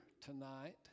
tonight